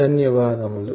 ధన్యవాదములు